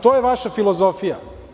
To je vaša filozofija.